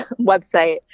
website